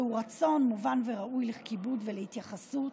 זהו רצון מובן וראוי לכיבוד ולהתייחסות.